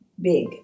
big